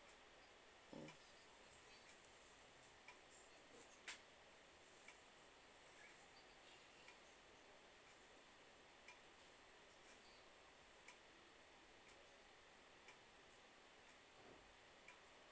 mm